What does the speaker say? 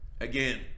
Again